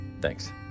Thanks